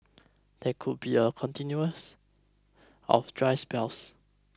there could be a continuous of dry spells